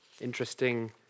Interesting